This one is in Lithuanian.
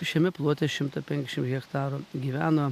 šiame plote šimto penkiasdešim hektarų gyvena